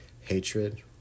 hatred